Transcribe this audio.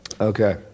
Okay